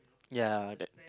ya that